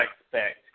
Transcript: expect